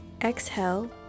Exhale